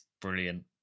brilliant